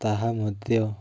ତାହା ମଧ୍ୟ